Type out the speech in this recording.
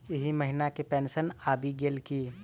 एहि महीना केँ पेंशन आबि गेल की